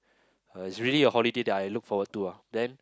uh is a really a holiday that I look forward to ah then